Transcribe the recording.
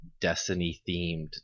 destiny-themed